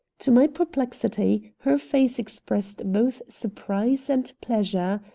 to my perplexity, her face expressed both surprise and pleasure.